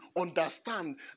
understand